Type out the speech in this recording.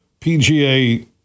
PGA